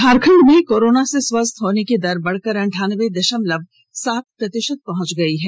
झारखंड में कोरोना से स्वस्थ होने की दर बढ़कर अंठानबे दशमलव सात प्रतिशत पहुंच गई है